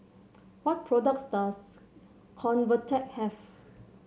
what products does Convatec have